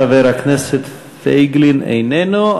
חבר הכנסת פייגלין, איננו.